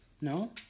No